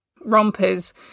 rompers